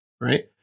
right